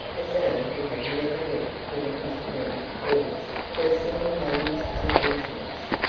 as though he had never yet given his parent cause for a single moment's uneasiness.